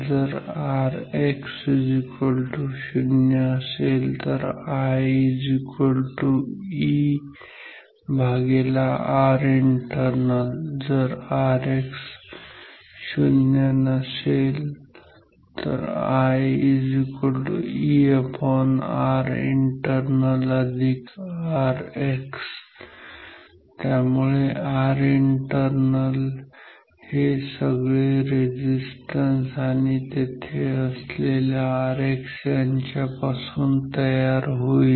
जर Rx 0 I 𝐸𝑅𝑖𝑛𝑡𝑒𝑟𝑛𝑎𝑙 जर Rx≠ 0 I 𝐸𝑅𝑖𝑛𝑡𝑒𝑟𝑛𝑎𝑙Rx त्यामुळे Rinternal हे सगळे रेझिस्टन्स आणि येथे असलेला Rx यांच्या पासून तयार होईल